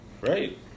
Right